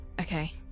Okay